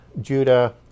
Judah